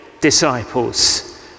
disciples